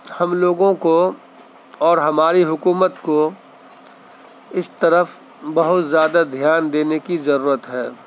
ہم لوگوں کو اور ہماری حکومت کو اس طرف بہت زیادہ دھیان دینے کی ضرورت ہے